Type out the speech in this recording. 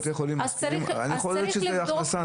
בתי חולים משכירים יכול להיות שזה הכנסה,